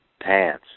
pants